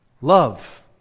love